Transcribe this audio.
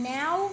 now